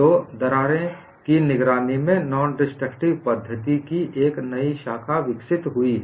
तो दरारें की निगरानी में नोंडेस्ट्रक्टिव पद्धति की एक नई शाखा विकसित हुई है